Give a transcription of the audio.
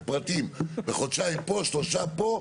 חודשיים פה ושלושה פה,